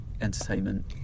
entertainment